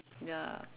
ya